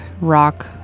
rock